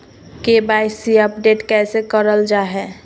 KYC update कैसे करल जाहै?